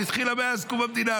התחיל מאז קודם המדינה,